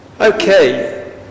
Okay